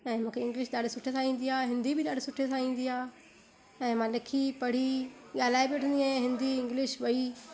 ऐं मूंखे इंग्लिश ॾाढी सुठे सां ईंदी आहे हिंदी बि ॾाढी सुठे सां ईंदी आहे ऐं मां लिखी पढ़ी ॻाल्हाए बि वठंदी आहियां हिंदी इंग्लिश बई